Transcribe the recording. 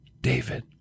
David